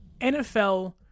NFL